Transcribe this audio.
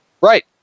Right